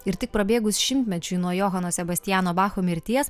ir tik prabėgus šimtmečiui nuo johano sebastiano bacho mirties